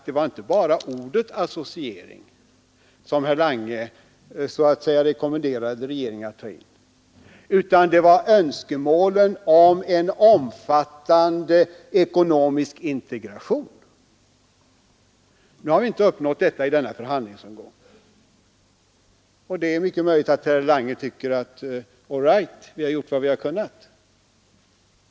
Det var inte bara ordet ”associering” som herr Lange så att säga rekommenderade regeringen att ta in, utan det var också önskemålen om en omfattande ekonomisk integration! Någon sådan har vi inte uppnått i denna förhandlingsomgång, och det är mycket möjligt att herr Lange Säger: All right, vi har gjort vad vi har kunnat.